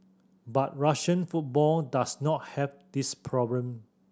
but Russian football does not have this problem